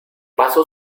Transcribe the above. pasó